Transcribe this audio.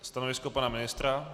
Stanovisko pana ministra?